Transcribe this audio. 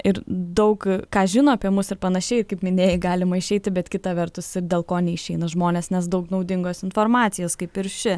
ir daug ką žino apie mus ir panašiai kaip minėjai galima išeiti bet kita vertus dėl ko neišeina žmonės nes daug naudingos informacijos kaip ir ši